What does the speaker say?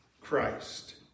Christ